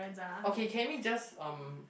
okay can we just um